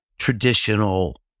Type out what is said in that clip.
traditional